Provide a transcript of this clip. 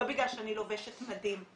לא בגלל שאני לובשת מדים,